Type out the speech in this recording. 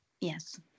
yes